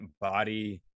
body